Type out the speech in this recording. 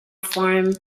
farm